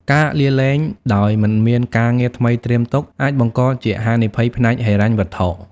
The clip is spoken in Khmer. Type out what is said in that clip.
ការលាលែងដោយមិនមានការងារថ្មីត្រៀមទុក អាចបង្កជាហានិភ័យផ្នែកហិរញ្ញវត្ថុ។